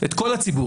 את כל הציבור.